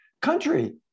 country